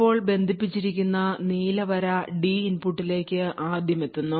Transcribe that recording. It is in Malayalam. ഇപ്പോൾ ബന്ധിപ്പിച്ചിരിക്കുന്ന നീല വര ഡി ഇൻപുട്ടിലേക്ക് ആദ്യം എത്തുന്നു